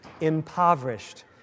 impoverished